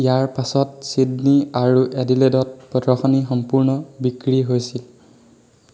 ইয়াৰ পাছত ছিডনী আৰু এডিলেডত প্ৰদৰ্শনী সম্পূৰ্ণ বিক্ৰী হৈছিল